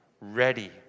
ready